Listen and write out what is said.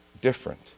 different